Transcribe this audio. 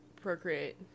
procreate